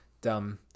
dumb